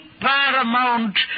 paramount